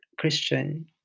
Christian